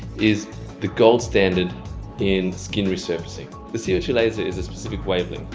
is the gold standard in skin resurfacing. the c o two laser is a specific wave length.